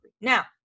Now